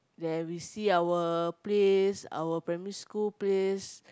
there we see our place our primary school place